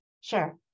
Sure